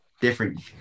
different